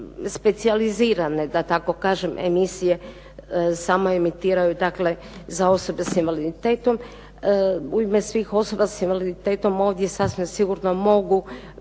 specijalizirane, da tako kažem, emisije samo emitiraju dakle za osobe s invaliditetom. U ime svih osoba s invaliditetom ovdje sasvim sigurno mogu